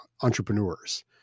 entrepreneurs